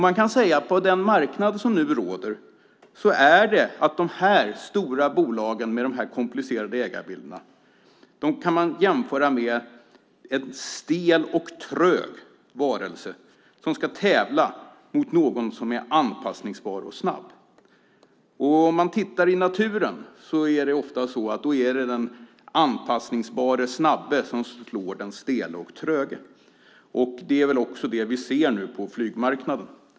Man kan säga att på den marknad som nu råder kan de här stora bolagen med de komplicerade ägarbilderna jämföras med en stel och trög varelse som ska tävla mot någon som är anpassningsbar och snabb. I naturen är det ofta den anpassningsbare och snabbe som slår den stele och tröge. Det är vad vi ser på flygmarknaden.